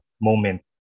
moment